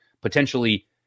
potentially